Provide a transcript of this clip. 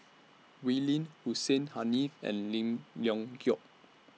Wee Lin Hussein Haniff and Lim Leong Geok